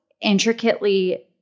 intricately